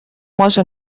може